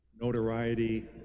notoriety